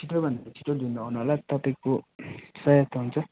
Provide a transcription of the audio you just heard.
छिटोभन्दा छिटो लिनु आउनु होला तपाईँको सहायता हुन्छ